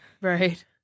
Right